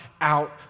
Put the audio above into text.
out